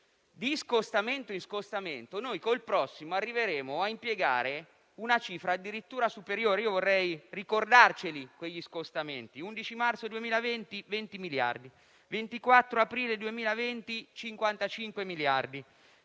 di scostamento in scostamento con il prossimo arriveremo ad impiegare una cifra addirittura superiore. Vorrei ricordare quegli scostamenti: 11 marzo 2020, 20 miliardi; 24 aprile 2020, 55 miliardi;